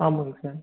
ஆமாம்ங்க சார்